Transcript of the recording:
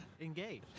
engage